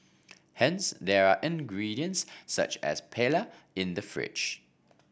hence there are ingredients such as paella in the fridge